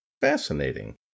Fascinating